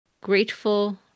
grateful